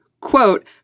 quote